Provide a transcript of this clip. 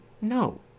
No